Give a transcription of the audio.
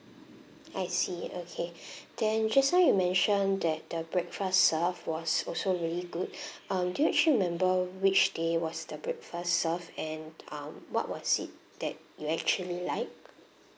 I see okay then just now you mentioned that the breakfast served was also really good um do you actually remember which day was the breakfast served and um what was it that you actually like